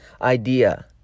idea